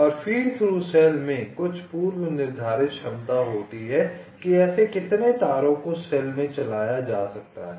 और feed through cell में कुछ पूर्व निर्धारित क्षमता होती है कि ऐसे कितने तारों को सेल में चलाया जा सकता है